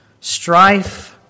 strife